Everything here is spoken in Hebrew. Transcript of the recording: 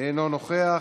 אינו נוכח.